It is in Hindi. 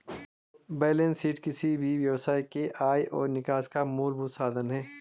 बेलेंस शीट किसी भी व्यवसाय के आय और निकास का मूलभूत साधन है